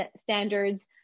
standards